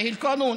החוק קובע גם,